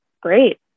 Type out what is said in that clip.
great